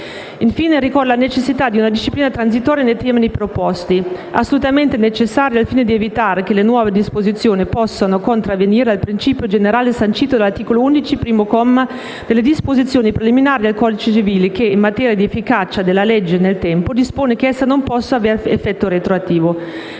Infine, ricordo la necessità di una disciplina transitoria nei termini proposti, assolutamente necessaria al fine di evitare che le nuove disposizioni possano contravvenire al principio generale sancito dall'articolo 11, primo comma, delle disposizioni preliminari al codice civile che, in materia di efficacia della legge nel tempo, dispone che essa non possa avere effetto retroattivo.